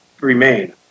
remain